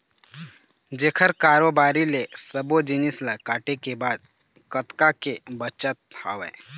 जेखर कारोबारी ले सब्बो जिनिस ल काटे के बाद कतका के बचत हवय